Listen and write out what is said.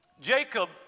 Jacob